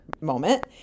moment